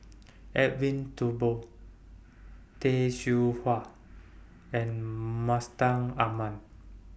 Edwin Thumboo Tay Seow Huah and Mustaq Ahmad